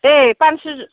दे पानसु